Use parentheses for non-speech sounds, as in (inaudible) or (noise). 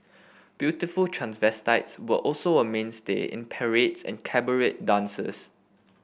beautiful transvestites were also a mainstay in (unintelligible) and cabaret dances